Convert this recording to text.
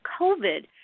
covid